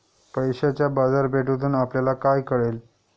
पैशाच्या बाजारपेठेतून आपल्याला काय कळले?